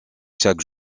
chaque